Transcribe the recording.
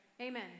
Amen